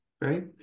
right